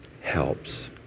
Helps